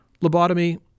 lobotomy